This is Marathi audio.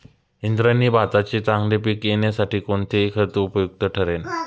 इंद्रायणी भाताचे चांगले पीक येण्यासाठी कोणते खत उपयुक्त ठरेल?